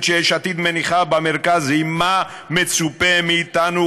שיש עתיד מניחה במרכז היא מה מצופה מאתנו,